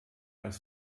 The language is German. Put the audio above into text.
als